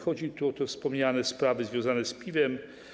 Chodzi o te wspomniane sprawy związane z piwem.